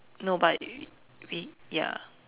no but we we ya